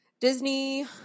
Disney